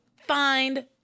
find